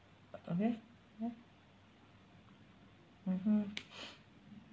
okay ya mmhmm